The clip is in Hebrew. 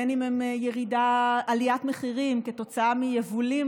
בין שעם עליית מחירים כתוצאה מיבולים